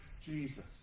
Jesus